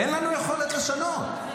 אין לנו יכולת לשנות.